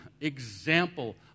example